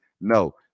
No